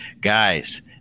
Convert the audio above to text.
guys